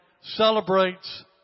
celebrates